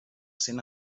cent